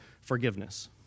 forgiveness